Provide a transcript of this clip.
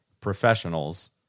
professionals